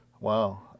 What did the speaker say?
Wow